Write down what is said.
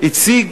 הציג